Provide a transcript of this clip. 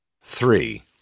Three